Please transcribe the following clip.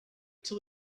till